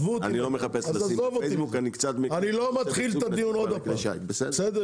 אני לא מחפש לשים בפייסבוק,